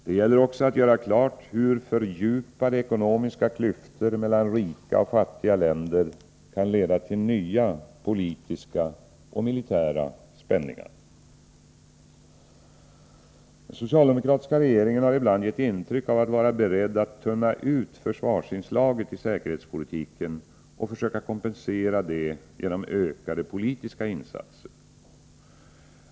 Det gäller också att göra klart hur fördjupade ekonomiska klyftor mellan rika och fattiga länder kan leda till nya politiska och militära spänningar. Den socialdemokratiska regeringen har ibland gett intryck av att vara beredd att tunna ut försvarsinslaget i säkerhetspolitiken och försöka kompensera det genom ökade politiska insatser.